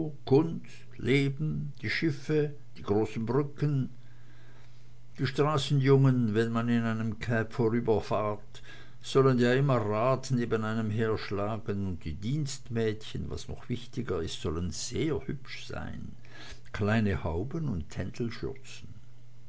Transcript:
leben die schiffe die großen brücken die straßenjungens wenn man in einem cab vorüberfährt sollen ja immer rad neben einem her schlagen und die dienstmädchen was noch wichtiger ist sollen sehr hübsch sein kleine hauben und tändelschürze